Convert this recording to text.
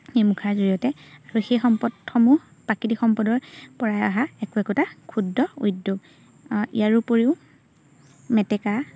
এই মুখাৰ জৰিয়তে আৰু সেই সম্পদসমূহ প্ৰাকৃতিক সম্পদৰ পৰাই অহা একো একোটা ক্ষুদ্ৰ উদ্যোগ ইয়াৰ উপৰিও মেটেকা